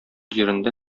җирендә